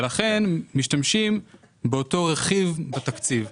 לכן משתמשים באותו רכיב בתקציב.